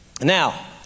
Now